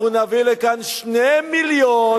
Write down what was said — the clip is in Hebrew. אנחנו נביא לכאן 2 מיליון,